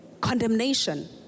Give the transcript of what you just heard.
condemnation